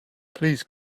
please